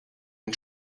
and